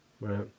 right